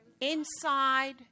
inside